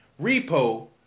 repo